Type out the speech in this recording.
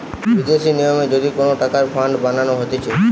বিদেশি নিয়মে যদি কোন টাকার ফান্ড বানানো হতিছে